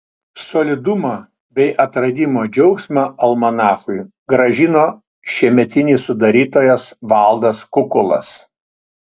solidumą bei atradimo džiaugsmą almanachui grąžino šiemetinis sudarytojas valdas kukulas